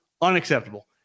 Unacceptable